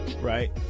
right